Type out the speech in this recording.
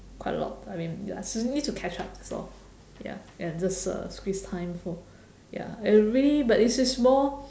quite a lot I mean ya still need to catch up that's all and just uh squeeze time for ya every but it's a small